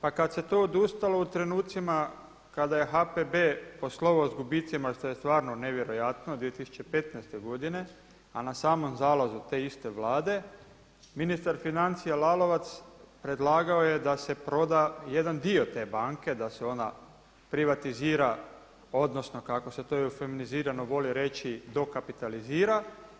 Pa kad se to odustalo u trenucima kada je HPB poslovao sa gubicima što je stvarno nevjerojatno 2015. godine, a na samom zalazu te iste Vlade ministar financija Lalovac predlagao je da se proda jedan dio te banke, da se ona privatizira, odnosno kako se to i feminizirano voli reći dokapitalizira.